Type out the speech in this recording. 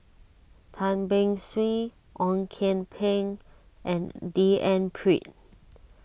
Tan Beng Swee Ong Kian Peng and D N Pritt